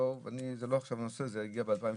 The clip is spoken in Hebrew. זה לא עכשיו נושא, זה הגיע ב-2018.